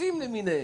מרססים למיניהם.